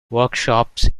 workshops